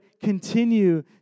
continue